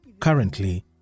Currently